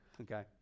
Okay